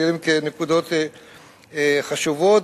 נראות נקודות חשובות,